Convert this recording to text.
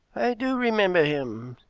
i do remember him,